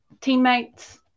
teammates